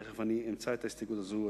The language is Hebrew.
תיכף אני אמצא את ההסתייגות הזו,